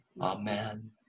Amen